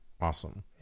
Awesome